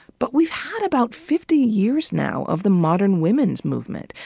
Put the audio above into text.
but we've had about fifty years now of the modern women's movement.